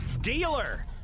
Dealer